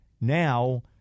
now